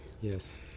Yes